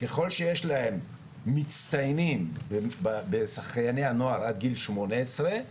ככל שיש להם מצטיינים בשחייני הנוער עד גיל שמונה עשרה,